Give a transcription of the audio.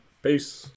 Peace